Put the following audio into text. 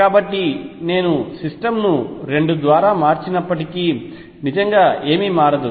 కాబట్టి నేను సిస్టమ్ను 2 ద్వారా మార్చినప్పటికీ నిజంగా ఏమీ మారదు